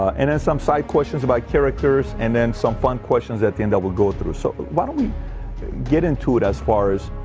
and then some side questions about characters and then some fun questions at the end i will go through so why don't we get into it as far as?